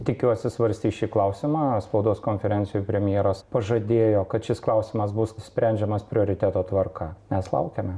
tikiuosi svarstys šį klausimą spaudos konferencijoj premjeras pažadėjo kad šis klausimas bus sprendžiamas prioriteto tvarka mes laukiame